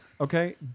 Okay